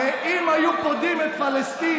הרי אם היו פודים את פלסטין,